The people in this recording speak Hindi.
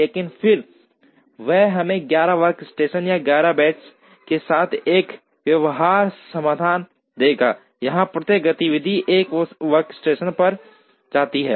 लेकिन फिर वह हमें 11 वर्कस्टेशन या 11 बेंच के साथ एक व्यवहार्य समाधान देगा जहां प्रत्येक गतिविधि 1 वर्कस्टेशन पर जाती है